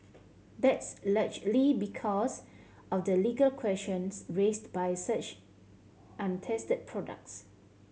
that's largely because of the legal questions raised by such untested products